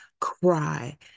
cry